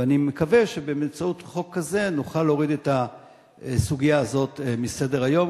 ואני מקווה שבאמצעות חוק כזה נוכל להוריד את הסוגיה הזאת מסדר-היום.